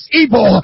evil